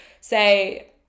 say